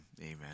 Amen